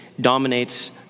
dominates